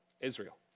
Israel